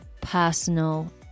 personal